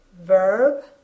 Verb